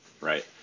Right